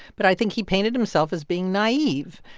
but i think he painted himself as being naive.